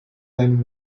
than